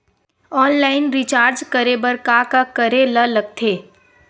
Online recharge करे बर का का करे ल लगथे?